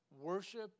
worship